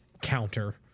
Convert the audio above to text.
counter